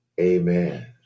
Amen